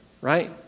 Right